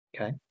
Okay